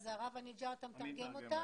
הרב אניג'ר, אתה מתרגם אותה?